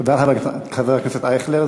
תודה, חבר הכנסת אייכלר.